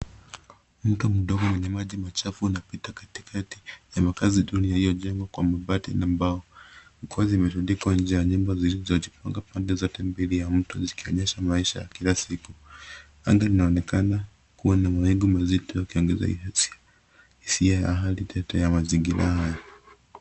Mto mdogo wenye maji machafu unapita katikati ya makaazi duni yaliyojengwa kwa mabati na mbao zikiwa zimerundikwa nje ya nyumba zilizojipanga pande zote mbili ya mto zikionyesha maisha ya kila siku. Amga linaonekana kuwa na mawingu mazito yakiongeza hisia ya hali tata ya mazingira haya.